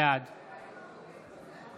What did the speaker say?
בעד